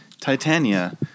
Titania